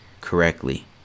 correctly